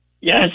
yes